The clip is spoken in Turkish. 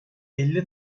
elli